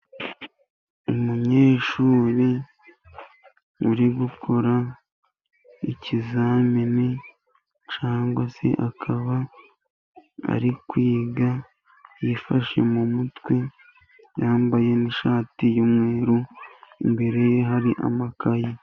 Umunyeshuri uri gukora ikizamini cyangwa se akaba ari kwiga, yifashe mu mutwe, yambaye n'ishati y'umweru, imbere ye hari amakaye.